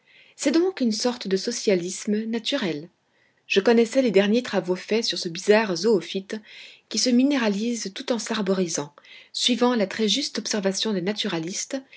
c'est donc une sorte de socialisme naturel je connaissais les derniers travaux faits sur ce bizarre zoophyte qui se minéralise tout en s'arborisant suivant la très juste observation des naturalistes